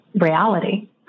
reality